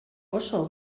oso